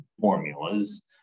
formulas